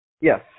Yes